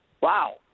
Wow